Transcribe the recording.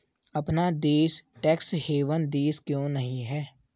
अपना देश tax haven देश क्यों नहीं है?